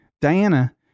Diana